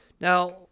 Now